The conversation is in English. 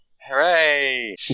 Hooray